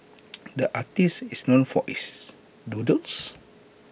the artist is known for his doodles